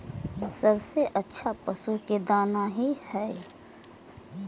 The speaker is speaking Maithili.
सबसे अच्छा पशु के दाना की हय?